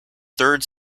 third